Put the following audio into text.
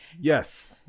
Yes